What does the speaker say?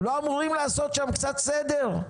לא אמורים לעשות שם קצת סדר?